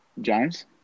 James